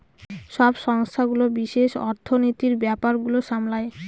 সব সংস্থাগুলো বিশেষ অর্থনীতির ব্যাপার গুলো সামলায়